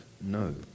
No